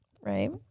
Right